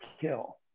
kill